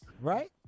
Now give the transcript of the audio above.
Right